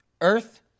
earth